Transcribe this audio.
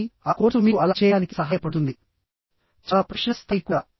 కాబట్టి ఆ కోర్సు మీకు అలా చేయడానికి సహాయపడుతుంది చాలా ప్రొఫెషనల్ స్థాయి కూడా